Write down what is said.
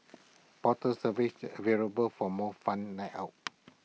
bottle service available for more fun night out